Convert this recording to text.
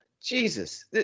Jesus